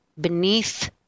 beneath